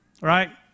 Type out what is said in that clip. right